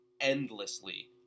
endlessly